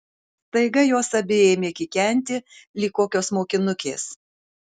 staiga jos abi ėmė kikenti lyg kokios mokinukės